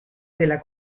della